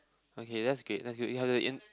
okay that's great that's great you have the in